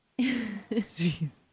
Jeez